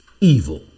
evil